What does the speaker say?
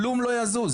כלום לא יזוז.